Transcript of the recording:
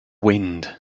wind